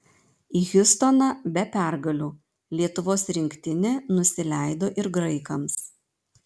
į hjustoną be pergalių lietuvos rinktinė nusileido ir graikams